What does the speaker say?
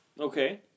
Okay